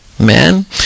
Amen